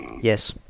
Yes